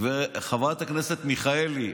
חברת הכנסת מיכאלי?